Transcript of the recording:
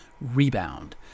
Rebound